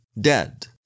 dead